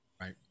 Right